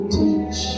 teach